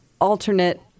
alternate